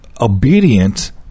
obedient